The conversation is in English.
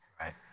Right